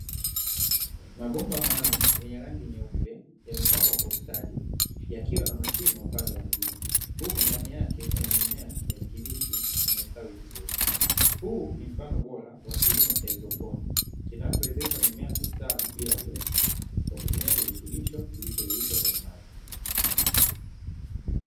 Mabomba maalumu yenye rangi nyeupe, yamepangwa kwa ustadi yakiwa na mashimo upande wa juu. Huku ndani yake kuna mimea ya kijani kibichi imestawi vizuri. Huu ni mfano bora wa kilimo cha haidroponi, kinachowezesha mimea kustawi bila udongo kwa kutumia virutubisho vilivyo yeyushwa kwenye maji.